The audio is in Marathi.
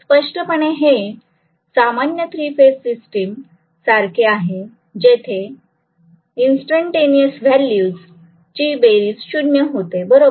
स्पष्टपणे हे सामान्य थ्री फेज सिस्टिम सारखे आहे जिथे इंस्टंटेनियस व्हॅल्यूस ची बेरीज शून्य होते बरोबर